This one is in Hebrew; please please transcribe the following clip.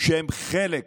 שהן חלק